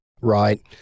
Right